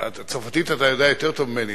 צרפתית אתה יודע יותר טוב ממני,